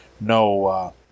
No